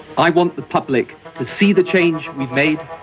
i want the public to see the change we've made,